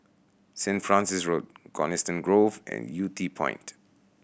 Saint Francis Road Coniston Grove and Yew Tee Point